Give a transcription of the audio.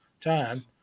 time